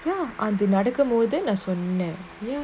ya அதுநடக்கும்போதுநான்சொன்னேன்:adhu nadakumpothu nan solren